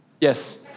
Yes